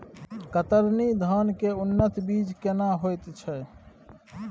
कतरनी धान के उन्नत बीज केना होयत छै?